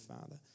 father